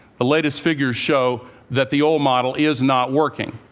the latest figures show that the old model is not working.